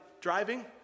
driving